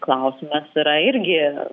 klausimas yra irgi